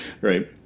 right